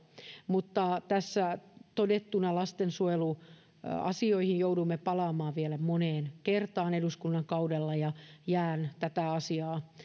mutta tässä todettuna lastensuojeluasioihin joudumme palaamaan vielä moneen kertaan eduskunnan kaudella ja jään tätä asiaa